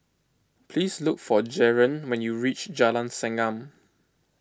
please look for Jaron when you reach Jalan Segam